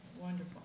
wonderful